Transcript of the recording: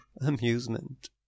amusement